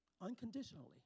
Unconditionally